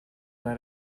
that